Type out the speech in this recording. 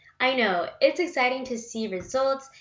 i know it's exciting to see results,